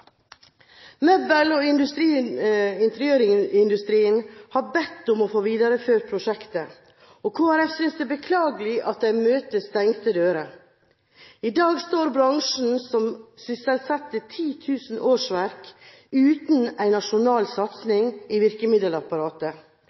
Møbel- og interiørindustrien har bedt om å få videreføre prosjektet, og Kristelig Folkeparti synes det er beklagelig at de møter stengte dører. I dag står bransjen, som sysselsetter 10 000 årsverk, uten en nasjonal satsing i virkemiddelapparatet.